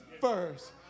first